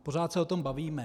Pořád se o tom bavíme.